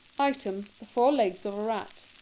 item, the four legs of a rat.